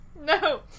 No